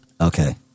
Okay